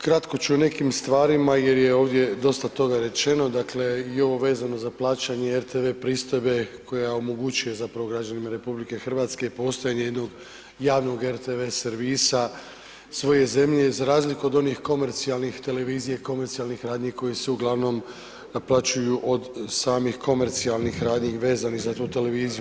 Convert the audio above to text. Kratko ću o nekim stvarima jer je ovdje dosta toga rečeno dakle i ovo vezano za plaćanje RTV pristojba koja omogućuje zapravo građanima RH postojanje jednog javnog RTV servisa svoje zemlje za razliku od onih komercijalnih televizija, komercijalnih radnji koje se uglavnom naplaćuju od samih komercijalnih radnji vezanih za tu televiziju.